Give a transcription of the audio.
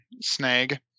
snag